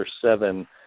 seven